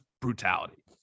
brutality